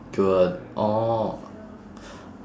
you were oh